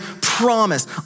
promise